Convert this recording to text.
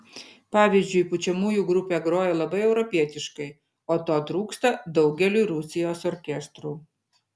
pavyzdžiui pučiamųjų grupė groja labai europietiškai o to trūksta daugeliui rusijos orkestrų